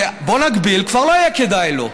ובואו נגביל, כבר לא יהיה כדאי לו.